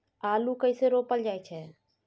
आलू कइसे रोपल जाय छै?